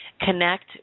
connect